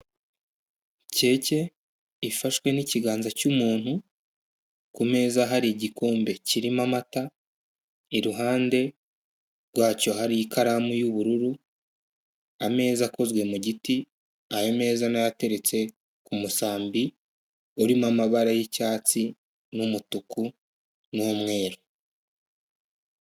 Keke ifashwe n'ikiganza cy'umuntu, ku meza hari igikombe kirimo amata, iruhande rwacyo hari ikaramu y'ubururu, ameza akoze mu giti, ayo meza nayo ateretse ku musambi urimo amabara y'icyatsi n'umutuku n'umweru.